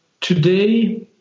today